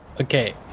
okay